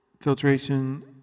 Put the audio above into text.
filtration